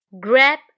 Grab